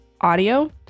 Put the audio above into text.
audio